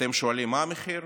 אתם שואלים מה המחיר?